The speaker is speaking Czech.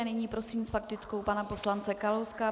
A nyní prosím s faktickou pana poslance Kalouska.